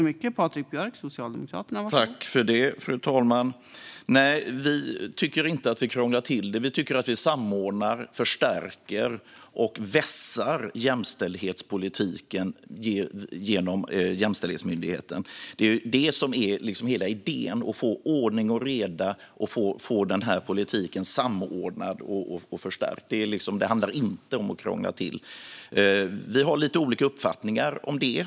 Fru talman! Nej, vi tycker inte att vi krånglar till det. Vi tycker att vi samordnar, förstärker och vässar jämställdhetspolitiken genom Jämställdhetsmyndigheten. Det är det som är hela idén - att få ordning och reda och få denna politik samordnad och förstärkt. Det handlar inte om att krångla till. Vi har lite olika uppfattningar om detta.